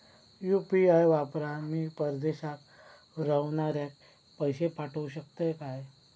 UPI वापरान मी परदेशाक रव्हनाऱ्याक पैशे पाठवु शकतय काय?